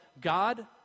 God